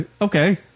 Okay